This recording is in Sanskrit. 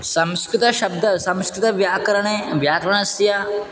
संस्कृतशब्दः संस्कृतव्याकरणे व्याकरणस्य